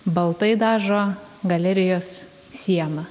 baltai dažo galerijos sieną